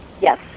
yes